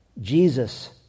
Jesus